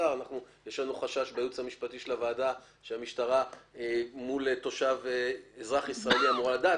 בייעוץ המשפטי של הוועדה יש חשש שהמשטרה מול אזרח ישראלי אמורה לדעת.